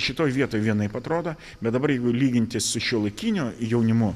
šitoj vietoj vienaip atrodo bet dabar jeigu lyginti su šiuolaikiniu jaunimu